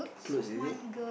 clothes is it